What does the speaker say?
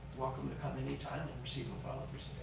welcome to come anytime and receive a followup